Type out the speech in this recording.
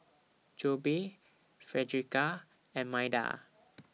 Jobe Fredericka and Maida